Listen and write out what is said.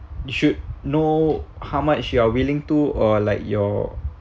you should know how much you are willing to or like your